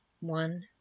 one